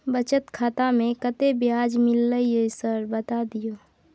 बचत खाता में कत्ते ब्याज मिलले ये सर बता दियो?